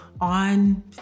on